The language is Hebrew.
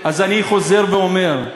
אז אני חוזר ואומר,